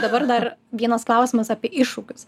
dabar dar vienas klausimas apie iššūkius